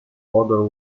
other